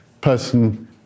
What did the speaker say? person